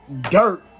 Dirt